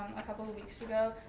a couple of weeks ago,